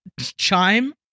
chime